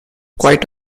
quite